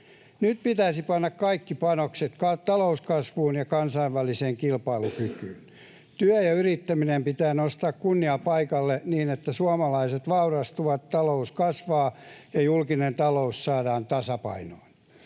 Nyt pitäisi panna kaikki panokset talouskasvuun ja kansainväliseen kilpailukykyyn. Työ ja yrittäminen pitää nostaa kunniapaikalle niin, että suomalaiset vaurastuvat, talous kasvaa ja julkinen talous saadaan tasapainoon.